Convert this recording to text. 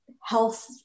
health